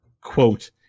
quote